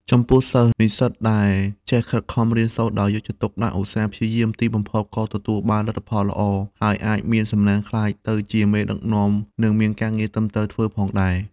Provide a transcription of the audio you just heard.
ចំពោះសិស្ស និស្សិតដែលចេះខិតខំរៀនសូត្រដោយយកចិត្តទុកដាក់ ឧស្សាហ៍ព្យាយាម ទីបំផុត ក៏ទទួលបានលទ្ធផលល្អ ហើយអាចមានសំណាងក្លាយទៅជាមេដឹកនាំនិងមានការងារត្រឹមត្រូវធ្វើផងដែរ។